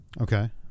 Okay